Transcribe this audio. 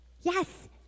Yes